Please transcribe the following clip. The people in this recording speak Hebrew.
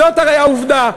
זאת הרי העובדה.